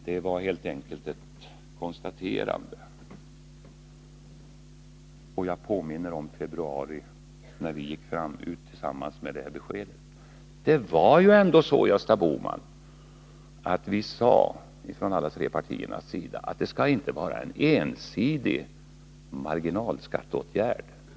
Jag gjorde helt enkelt ett konstaterande, och jag påminner om hur det var när vi i februari gick ut tillsammans med det här beskedet. Det var ändå så, Gösta Bohman, att vi från alla tre partiers sida sade att det inte skulle vara en ensidig marginalskatteåtgärd.